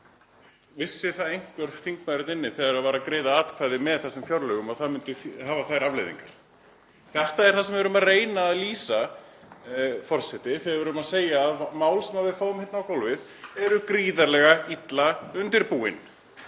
Vissi það einhver þingmaður hér inni, þegar verið var að greiða atkvæði um þessi fjárlög, að það myndi hafa þær afleiðingar? Þetta er það sem við erum að reyna að lýsa, forseti, þegar við segjum að mál sem við fáum hingað á gólfið séu gríðarlega illa undirbúin.